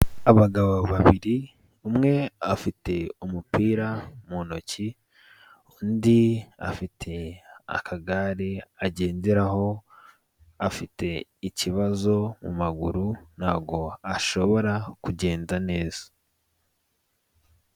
Abagabo babiri, umwe afite umupira mu ntoki undi afite akagare agenderaho afite ikibazo mu maguru ntago ashobora kugenda neza.